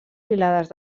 filades